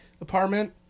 apartment